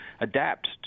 adapt